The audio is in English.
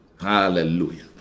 Hallelujah